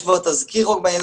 יש כבר תזכיר חוק בעניין,